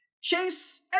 Chase